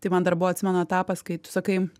tai man dar buvo atsimenu etapas kai tu sakai